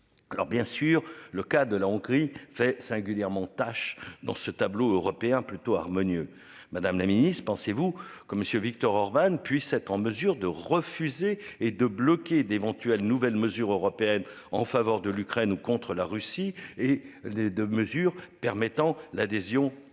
Alors bien sûr le cas de la Hongrie fait singulièrement tache dans ce tableau européen plutôt harmonieux Madame la Ministre, pensez-vous que monsieur Viktor Orbán puisse être en mesure de refuser et de bloquer d'éventuelles nouvelles mesures européennes en faveur de l'Ukraine ou contre la Russie et les deux mesures permettant l'adhésion future et